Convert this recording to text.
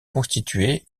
constitué